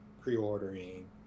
pre-ordering